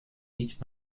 niet